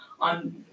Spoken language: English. on